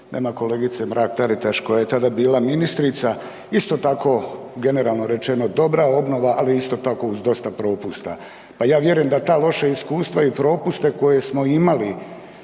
nema kolegice Mrak Taritaš koja je tada bila ministrica, isto tako generalno rečeno dobra obnova, ali isto tako uz dosta propusta. Pa ja vjerujem da ta loša iskustva i propuste koje smo imali